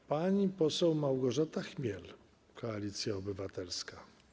Uff... Pani poseł Małgorzata Chmiel, Koalicja Obywatelska.